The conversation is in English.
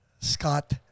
Scott